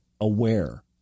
aware